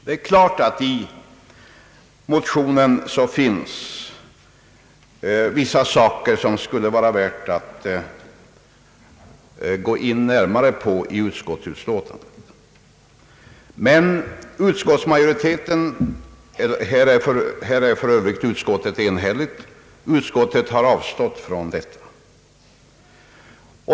Det är klart att i motionen finns vissa saker som det skulle varit värt att närmare gå in på i utskottsutlåtandet, men utskottsmajoriteten — här är för övrigt utskottet enhälligt — har avstått från att göra detta.